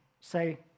say